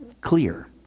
clear